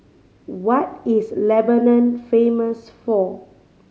what is Lebanon famous for